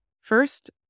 First